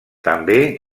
també